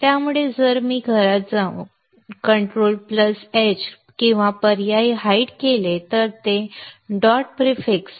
त्यामुळे जर मी घरात जाऊन कंट्रोल H किंवा पर्यायी hide केले तर ते डॉट प्रीफिक्स dot prefix